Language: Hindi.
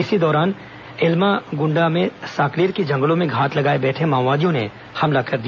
इसी दौरान एल्मागुंडा में साकलेर के जंगलों में घात लगाए बैठे माओवादियों ने हमला कर दिया